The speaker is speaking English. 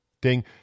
ding